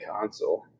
console